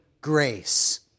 grace